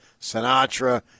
Sinatra